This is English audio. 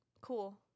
cool